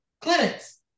clinics